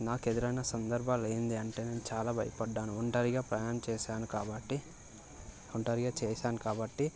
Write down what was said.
నాకు ఎదురైన సందర్భాలు ఏంది అంటే నేను చాలా భయపడ్డాను ఒంటరిగా ప్రయాణం చేశాను కాబట్టి ఒంటరిగా చేశాను కాబట్టి